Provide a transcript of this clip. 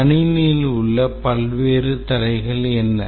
கணினியில் உள்ள பல்வேறு தடைகள் என்ன